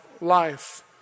life